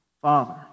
Father